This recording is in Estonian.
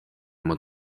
oma